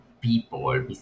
people